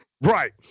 Right